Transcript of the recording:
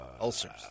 ulcers